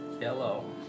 yellow